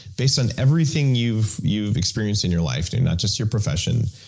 based on everything you've you've experienced in your life, and not just your profession,